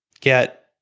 get